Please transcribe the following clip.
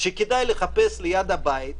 שכדאי לחפש ליד הבית.